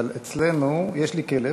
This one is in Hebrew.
אבל אצלנו, יש לי כלב,